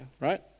Right